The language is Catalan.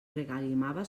regalimava